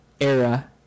era